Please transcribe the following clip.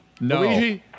No